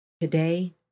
Today